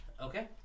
Okay